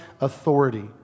authority